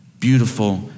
beautiful